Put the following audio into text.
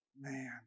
Man